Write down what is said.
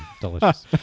Delicious